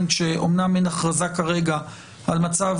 רק על בסיס